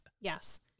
Yes